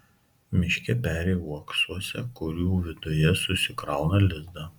miške peri uoksuose kurių viduje susikrauna lizdą